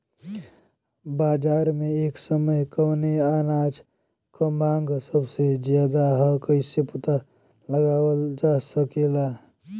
बाजार में एक समय कवने अनाज क मांग सबसे ज्यादा ह कइसे पता लगावल जा सकेला?